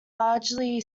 largely